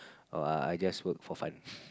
oh I I just work for fun